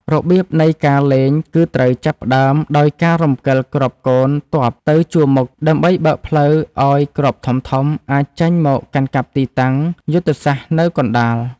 របៀបនៃការលេងគឺត្រូវចាប់ផ្តើមដោយការរំកិលគ្រាប់កូនទ័ពនៅជួរមុខដើម្បីបើកផ្លូវឱ្យគ្រាប់ធំៗអាចចេញមកកាន់កាប់ទីតាំងយុទ្ធសាស្ត្រនៅកណ្តាល។